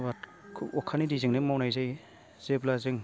आबादखौ अखानि दैजोंनो मावनाय जायो जेब्ला जों